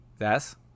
Yes